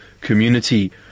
community